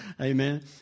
amen